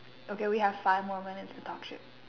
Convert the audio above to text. okay we have five more minutes to talk shit